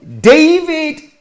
David